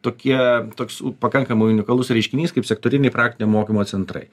tokie toks pakankamai unikalus reiškinys kaip sektoriniai praktinio mokymo centrai